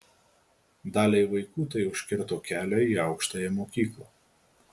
daliai vaikų tai užkirto kelią į aukštąją mokyklą